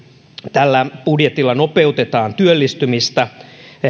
tällä budjetilla nopeutetaan työllistymistä